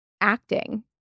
acting